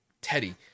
Teddy